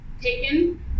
taken